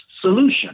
solution